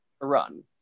run